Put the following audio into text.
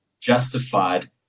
justified